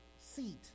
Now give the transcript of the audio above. seat